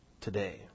today